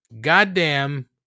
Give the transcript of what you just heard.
goddamn